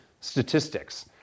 statistics